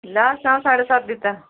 last हांव साडे सात दितां